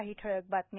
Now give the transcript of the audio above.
काही ठळक बातम्या